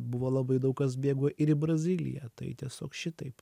buvo labai daug kas bėgo ir į braziliją tai tiesiog šitaip